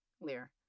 Lear